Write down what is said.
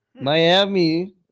Miami